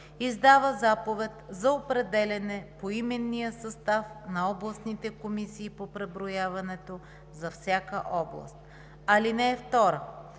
издава заповед за определяне поименния състав на областните комисии по преброяването за всяка област. (2) В